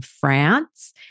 France